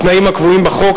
בתנאים הקבועים בחוק,